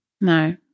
No